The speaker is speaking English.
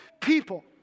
people